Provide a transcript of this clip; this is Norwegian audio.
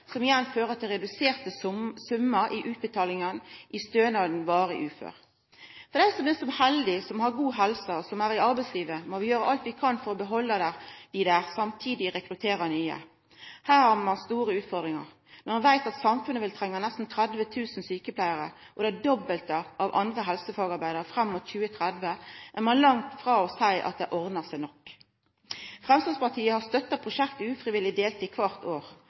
som igjen fører til reduserte summar i utbetalinga av stønaden varig ufør. For dei som er heldige å ha god helse og som er i arbeidslivet, må vi gjera alt vi kan for å halda dei der og samstundes rekruttera nye. Her har ein store utfordringar. Når ein veit at samfunnet vil trenga nesten 30 000 sjukepleiarar og det dobbelte når det gjeld andre helsefagarbeidarar fram mot 2030, er ein langt frå å kunna seia at det ordnar seg nok. Framstegspartiet har støtta prosjektet Ufrivillig deltid kvart år.